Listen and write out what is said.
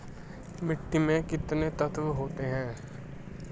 मिट्टी में कितने तत्व होते हैं?